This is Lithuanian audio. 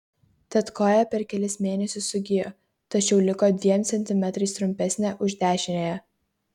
tad koja per kelis mėnesius sugijo tačiau liko dviem centimetrais trumpesnė už dešiniąją